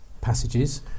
passages